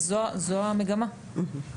זוהי המגמה.